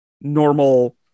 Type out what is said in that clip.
normal